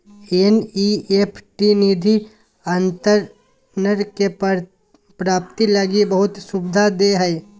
NEFT निधि अंतरण के प्राप्ति लगी बहुत सुविधा दे हइ